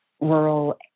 rural